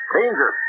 danger